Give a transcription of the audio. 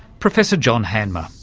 professor john handmer.